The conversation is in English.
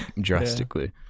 drastically